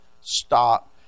stop